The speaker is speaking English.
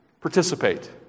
Participate